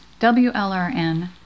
WLRN